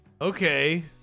Okay